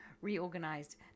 reorganized